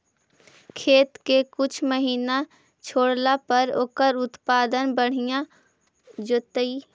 खेत के कुछ महिना छोड़ला पर ओकर उत्पादन बढ़िया जैतइ?